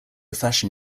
fashion